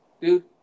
dude